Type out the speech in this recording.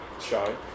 show